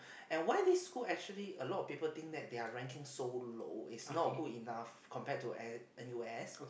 and why this school actually a lot of people think that their ranking so low is not good enough compared to N N_U_S